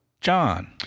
John